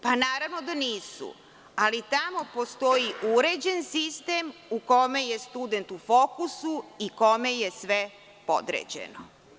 Pa, naravno da nisu, ali tamo postoji uređen sistem u kome je student u fokusu i kome je sve podređeno.